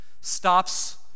stops